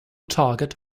target